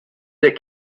des